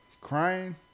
crying